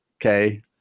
Okay